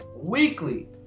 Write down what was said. weekly